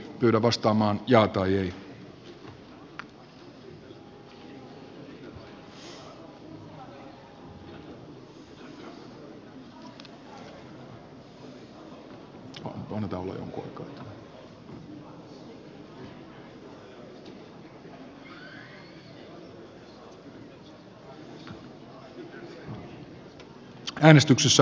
teen vastalauseen mukaisen muutosehdotuksen